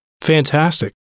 Fantastic